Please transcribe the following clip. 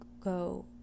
go